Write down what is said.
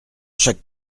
chaque